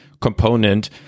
component